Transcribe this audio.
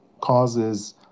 causes